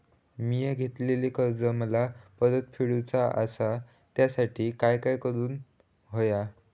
मिया घेतलेले कर्ज मला परत फेडूचा असा त्यासाठी काय काय करून होया?